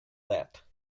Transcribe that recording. that